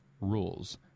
rules